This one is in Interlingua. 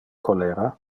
cholera